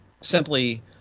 simply